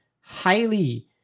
highly